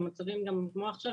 במצבים גם כמו עכשיו,